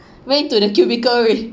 went to the cubicle with